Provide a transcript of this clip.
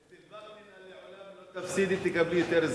אצל וקנין לעולם לא תפסידי, תקבלי יותר זמן.